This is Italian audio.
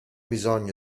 bisogno